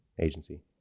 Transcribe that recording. agency